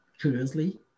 curiously